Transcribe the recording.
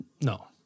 No